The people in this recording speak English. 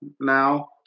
now